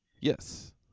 Yes